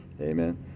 amen